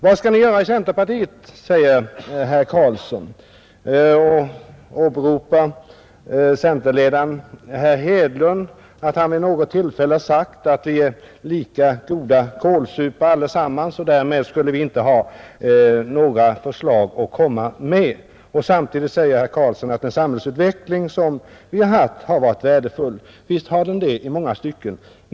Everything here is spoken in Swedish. ”Vad vill ni göra i centerpartiet?” frågar herr Karlsson i Huskvarna och åberopar att centerledaren herr Hedlund vid något tillfälle har sagt att vi är lika goda kålsupare allesammans — och därför skulle inte vi centerpartister ha några förslag att komma med. Samtidigt säger herr Karlsson att den samhällsutveckling som ägt rum har varit värdefull. Visst har den varit det i mångas tycken.